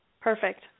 Perfect